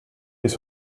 bis